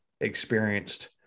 experienced